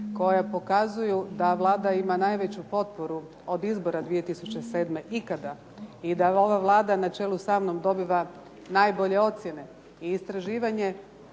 koja pokazuju da Vlada ima najveću potporu od izbora 2007. ikada i da ova Vlada na čelu sa mnom dobiva najbolje ocjene i istraživanje.